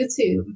YouTube